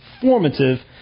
formative